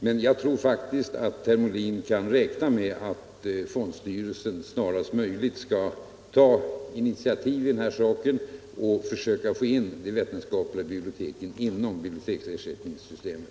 Men jag tror att herr Molin kan räkna med att fondstyrelsen snarast möjligt skall ta initiativ i denna fråga och försöka få in de vetenskapliga biblioteken i biblioteksersättningssystemet.